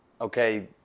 okay